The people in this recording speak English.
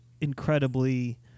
incredibly